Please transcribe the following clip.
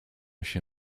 się